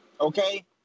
okay